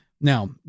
Now